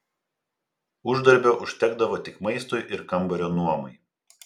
uždarbio užtekdavo tik maistui ir kambario nuomai